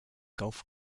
golf